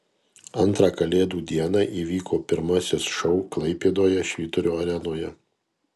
antrą kalėdų dieną įvyko pirmasis šou klaipėdoje švyturio arenoje